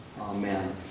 Amen